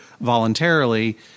voluntarily